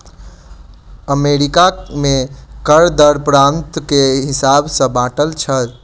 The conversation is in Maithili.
अमेरिका में कर दर प्रान्त के हिसाब सॅ बाँटल अछि